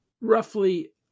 roughly